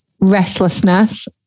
restlessness